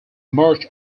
march